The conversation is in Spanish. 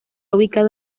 ubicado